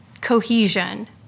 cohesion